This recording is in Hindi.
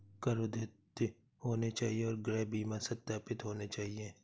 कर अद्यतित होने चाहिए और गृह बीमा सत्यापित होना चाहिए